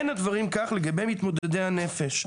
אין הדברים כך לגבי מתמודדי הנפש.